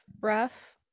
rough